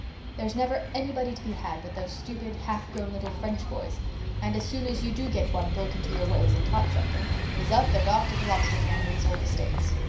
there's never anybody to be had but those stupid, half-grown little french boys and as soon as you do get one broke into your ways and taught something he's up and off to the lobster canneries or the states.